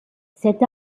cet